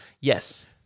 Yes